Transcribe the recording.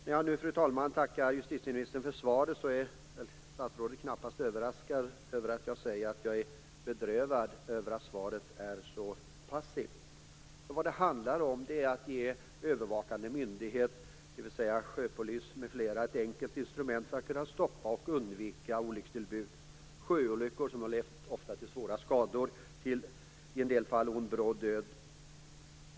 När jag nu, fru talman, tackar justitieministern för svaret är statsrådet knappast överraskad över att jag säger att jag är bedrövad över att svaret är så passivt. Vad det handlar om är att ge övervakande myndighet, dvs. sjöpolis m.fl., ett enkelt instrument för att kunna stoppa och undvika olyckstillbud, sjöolyckor som ofta lett till svåra skador, i en del fall till en bråd död.